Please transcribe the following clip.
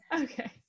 Okay